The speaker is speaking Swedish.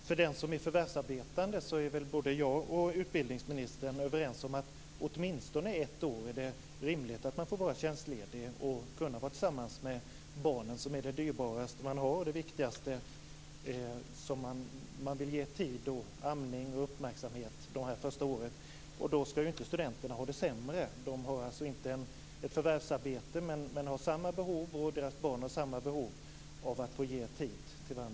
Fru talman! Utbildningsministern och jag är väl överens om att det är rimligt att den som är förvärvsarbetande får vara tjänstledig åtminstone ett år och kunna vara tillsammans med barnen, som är det dyrbaraste man har och som man vill ge tid och amning och uppmärksamhet det första året. Studenterna skall ju inte ha det sämre. De har inte ett förvärvsarbete, men de och deras barn har samma behov av tid.